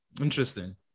Interesting